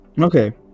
okay